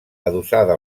adossada